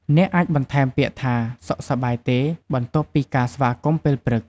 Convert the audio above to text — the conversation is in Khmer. អ្នកអាចបន្ថែមពាក្យថា "សុខសប្បាយទេ?" បន្ទាប់ពីការស្វាគមន៍ពេលព្រឹក។